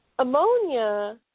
Ammonia